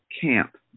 Camp